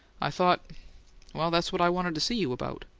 i thought well, that's what i wanted to see you about.